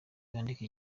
mwandika